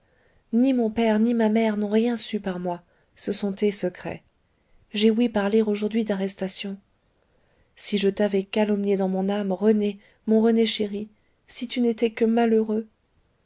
ni mon père ni ma mère n'ont rien su par moi ce sont tes secrets j'ai ouï parler aujourd'hui d'arrestation si je t'avais calomnié dans mon âme rené mon rené chéri si tu n'étais que malheureux